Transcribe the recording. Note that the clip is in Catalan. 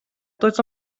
tots